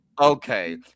Okay